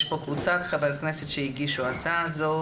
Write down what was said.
יש פה קבוצת חברי כנסת שהציגו את ההצעה הזו,